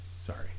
Sorry